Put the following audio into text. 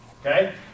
Okay